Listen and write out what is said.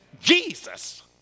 jesus